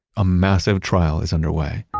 a massive trial is underway.